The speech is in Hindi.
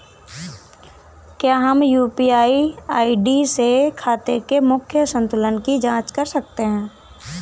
क्या हम यू.पी.आई आई.डी से खाते के मूख्य संतुलन की जाँच कर सकते हैं?